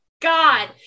God